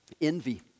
envy